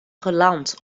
geland